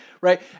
Right